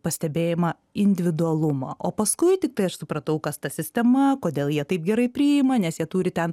pastebėjimą individualumą o paskui tiktai aš supratau kas ta sistema kodėl jie taip gerai priima nes jie turi ten